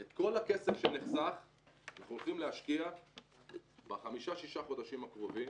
את כל הכסף שנחסך אנחנו הולכים להשקיע ב-5-6 חודשים הקרובים